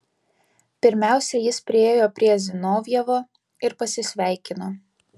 pirmiausia jis priėjo prie zinovjevo ir pasisveikino